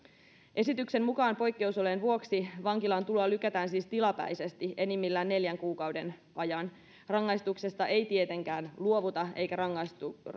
esityksen mukaan poikkeusolojen vuoksi vankilaan tuloa lykätään siis tilapäisesti enimmillään neljän kuukauden ajan rangaistuksesta ei tietenkään luovuta eikä rangaistuksia